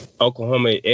oklahoma